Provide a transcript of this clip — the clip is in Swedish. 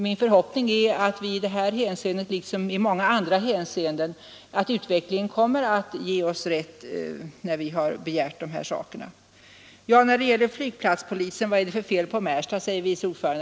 Min förhoppning är att utvecklingen i detta hänseende liksom i många andra hänseenden kommer att ge oss rätt. När det gäller flygplatspolisen frågar vice ordföranden vad det är för fel på Märsta.